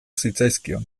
zitzaizkion